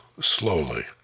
slowly